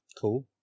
cool